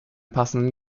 passenden